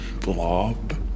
Blob